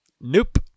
Nope